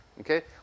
Okay